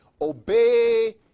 obey